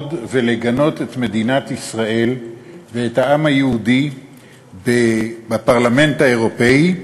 לעמוד ולגנות את מדינת ישראל ואת העם היהודי בפרלמנט האירופי,